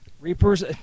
Reaper's